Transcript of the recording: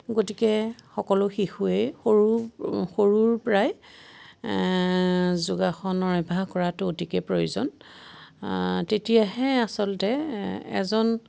গতিকে সকলো শিশুৱেই সৰু সৰুৰ পৰাই যোগাসনৰ অভ্যাস কৰাটো অতিকে প্ৰয়োজন তেতিয়াহে আচলতে এজন